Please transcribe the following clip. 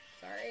Sorry